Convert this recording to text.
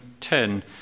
10